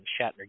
Shatner